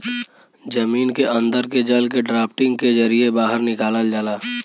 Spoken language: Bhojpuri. जमीन के अन्दर के जल के ड्राफ्टिंग के जरिये बाहर निकाल जाला